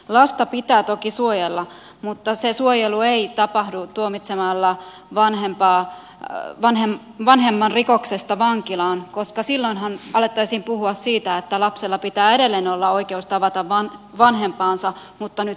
lasta pitää toki suojella mutta se suojelu ei tapahdu tuomitsemalla vanhempi rikoksesta vankilaan koska silloinhan alettaisiin puhua siitä että lapsella pitää edelleen olla oikeus tavata vanhempaansa mutta nyt vankilassa